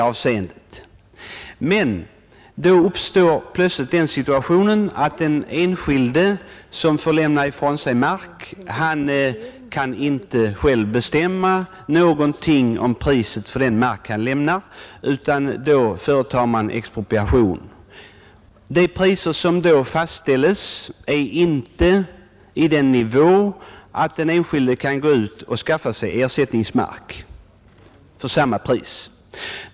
Men då uppstår plötsligt den situationen att den enskilde som får lämna ifrån sig mark inte själv kan bestämma något om priset för denna mark, utan då företar man expropriation. De priser som då fastställs är inte i den nivå att den enskilde kan skaffa sig ersättningsmark för samma pris.